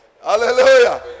Hallelujah